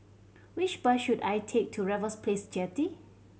which bus should I take to Raffles Place Jetty